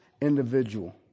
individual